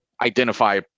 identify